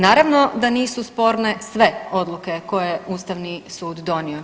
Naravno da nisu sporne sve odluke koje Ustavni sud donio.